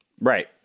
Right